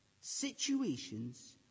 Situations